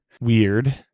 Weird